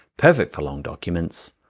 perfect for long documents.